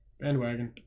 Bandwagon